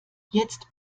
jetzt